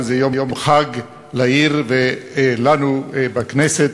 וזה יום חג לעיר ולנו בכנסת.